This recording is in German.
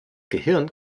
gehirn